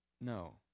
No